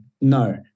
no